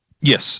Yes